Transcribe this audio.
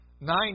Nine